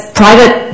private